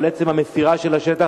אבל עצם המסירה של השטח,